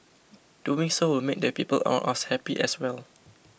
doing so will make the people on us happy as well